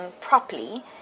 properly